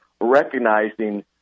recognizing